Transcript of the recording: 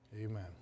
Amen